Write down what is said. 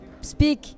speak